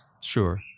Sure